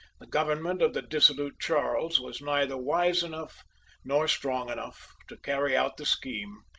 the government of the dissolute charles was neither wise enough nor strong enough to carry out the scheme,